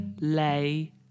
lay